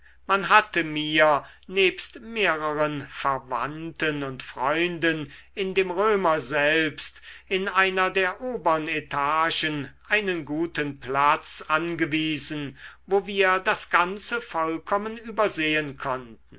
man hatte mir nebst mehrern verwandten und freunden in dem römer selbst in einer der obern etagen einen guten platz angewiesen wo wir das ganze vollkommen übersehen konnten